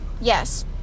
yes